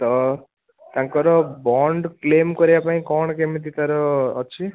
ତ ତାଙ୍କର bond claim କରିବା ପାଇଁ କ'ଣ କେମିତି ତାର ଅଛି